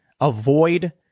avoid